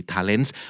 Talents